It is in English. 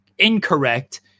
incorrect